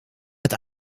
het